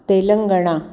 Telangana